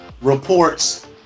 reports